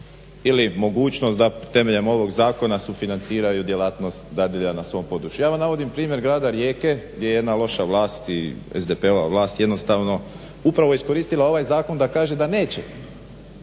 ili mogućnost da temeljem ovog zakona sufinanciraju djelatnost dadilja na svom području. Ja vam navodim primjer grada Rijeke gdje je jedna loša vlast i SDP-ova vlast upravo iskoristila ovaj zakon da kaže da neće